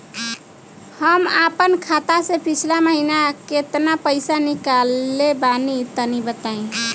हम आपन खाता से पिछला महीना केतना पईसा निकलने बानि तनि बताईं?